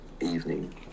evening